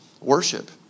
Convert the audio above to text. worship